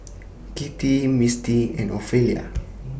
Kitty Mistie and Ophelia